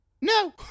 No